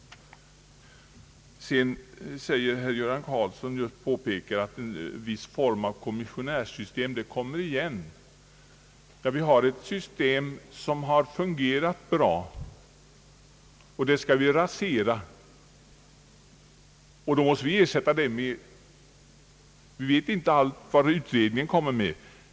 Herr Göran Karlsson påpekar att en viss form av kommissionärssystem kommer igen. Vi har ett system som fungerat bra. Det skall nu raseras, och då måste vi ersätta det med något nytt. Vi vet inte vad utredningen kommer med.